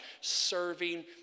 serving